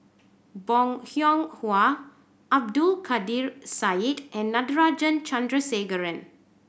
Bong Hiong Hwa Abdul Kadir Syed and Natarajan Chandrasekaran